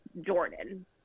Jordan